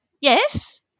Yes